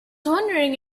wondering